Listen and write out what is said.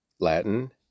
Latin